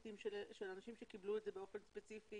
של אנשים שקיבלו את זה באופן ספציפי,